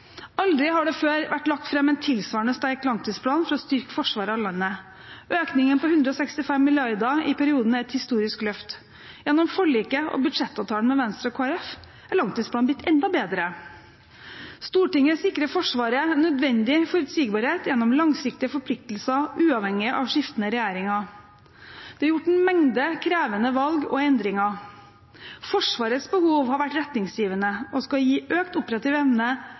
Aldri før har det vært lagt fram en tilsvarende sterk langtidsplan for å styrke forsvaret av landet. Økningen på 165 mrd. kr i perioden er et historisk løft. Gjennom forliket og budsjettavtalen med Venstre og Kristelig Folkeparti er langtidsplanen blitt enda bedre. Stortinget sikrer Forsvaret nødvendig forutsigbarhet gjennom langsiktige forpliktelser, uavhengig av skiftende regjeringer. Det er gjort en mengde krevende valg og endringer. Forsvarets behov har vært retningsgivende, og skal gi økt operativ evne,